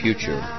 Future